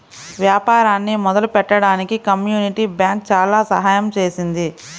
వ్యాపారాన్ని మొదలుపెట్టడానికి community bank చాలా సహాయం చేసింది